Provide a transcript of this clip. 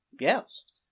Yes